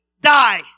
die